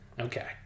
Okay